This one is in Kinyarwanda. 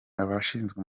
abashinzwe